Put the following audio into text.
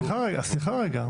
סליחה רגע.